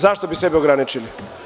Zašto bi sebe ograničili?